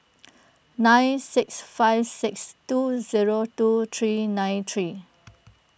nine six five six two zero two three nine three